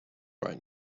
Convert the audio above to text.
right